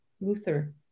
Luther